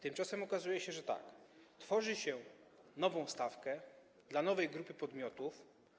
Tymczasem okazuje się, że tworzy się nową stawkę dla nowej grupy podmiotów.